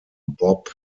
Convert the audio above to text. bob